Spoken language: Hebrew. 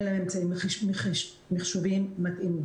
אין להם אמצעים מחשוביים מתאימים.